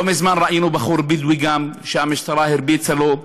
לא מזמן ראינו בחור בדואי שהמשטרה הרביצה לו,